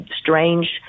strange